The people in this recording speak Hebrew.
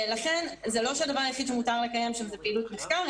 זה לא שהדבר היחיד שמותר לקיים שם זה פעילות מחקר,